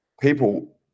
people